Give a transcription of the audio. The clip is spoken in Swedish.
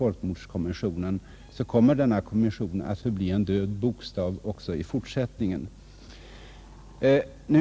folkmordskonventionen, kommer denna konvention att förbli en död bokstav också i fortsättningen.